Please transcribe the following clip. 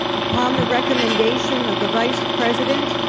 upon the recommendation of the vice president,